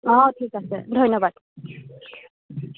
অঁ ঠিক আছে ধন্যবাদ